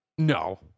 No